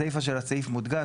בסיפה של הסעיף מודגש